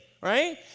Right